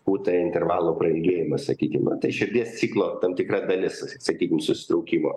kuta intervalo prailgėjimas sakykim nu širdies ciklo tam tikra dalis sakykim susitraukimo